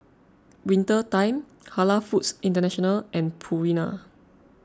Winter Time Halal Foods International and Purina